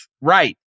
right